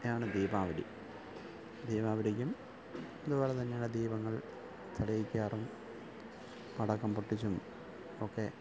ആണ് ദീപാവലി ദീപാവലിക്കും ഇതുപോലെത്തന്നെയാണ് ദീപങ്ങൾ തെളിയിക്കാറും പടക്കം പൊട്ടിച്ചും ഒക്കെ